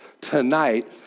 tonight